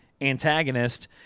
antagonist